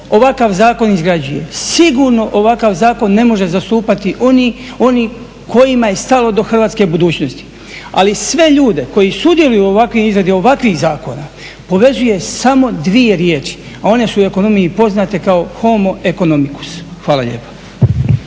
ovakav zakon izgrađuje? Sigurno ovakav zakon ne može zastupati oni kojima je stalo do hrvatske budućnosti. Ali sve ljude koji sudjeluju u izradi ovakvih zakona povezuje samo dvije riječi, a one su u ekonomiji poznate kao homo economicus. Hvala lijepa.